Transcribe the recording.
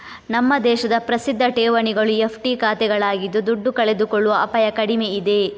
ನಮ್ಮ ದೇಶದ ಪ್ರಸಿದ್ಧ ಠೇವಣಿಗಳು ಎಫ್.ಡಿ ಖಾತೆಗಳಾಗಿದ್ದು ದುಡ್ಡು ಕಳೆದುಕೊಳ್ಳುವ ಅಪಾಯ ಕಡಿಮೆ ಇದೆ